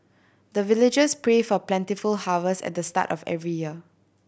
the villagers pray for plentiful harvest at the start of every year